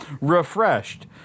refreshed